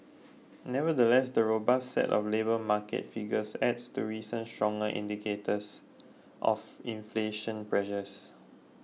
nevertheless the robust set of labour market figures adds to recent stronger indicators of inflation pressures